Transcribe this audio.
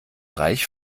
reich